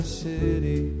city